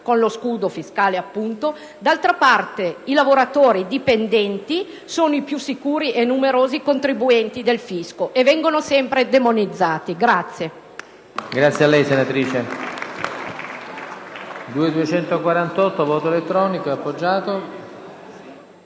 con lo scudo fiscale, dall'altra i lavoratori dipendenti sono i più sicuri e numerosi contribuenti del fisco. E vengono sempre demonizzati.